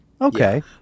Okay